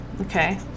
Okay